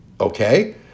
okay